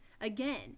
Again